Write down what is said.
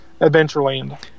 Adventureland